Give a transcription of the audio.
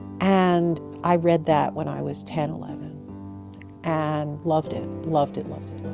and i read that when i was ten, eleven and loved it loved it, loved it,